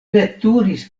veturis